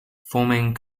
forming